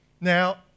Now